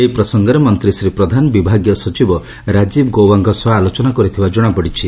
ଏହି ପ୍ରସଙ୍ଗରେ ମନ୍ତୀ ଶ୍ରୀ ପ୍ରଧାନ ବିଭାଗୀୟ ସଚିବ ରାଜୀବ ଗୌବାଙ୍କ ସହ ଆଲୋଚନା କରିଥିବା ଜଶାପଡ଼ିଛି